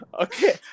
Okay